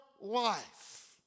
life